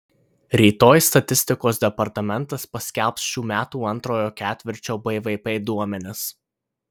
rytoj statistikos departamentas paskelbs šių metų antrojo ketvirčio bvp duomenis